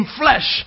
flesh